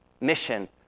mission